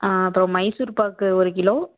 ஆ அப்புறம் மைசூர்பாக்கு ஒரு கிலோ